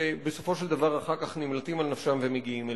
שבסופו של דבר אחר כך נמלטים על נפשם ומגיעים אלינו.